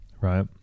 Right